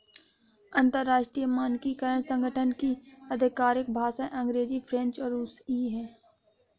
अंतर्राष्ट्रीय मानकीकरण संगठन की आधिकारिक भाषाएं अंग्रेजी फ्रेंच और रुसी हैं